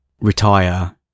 retire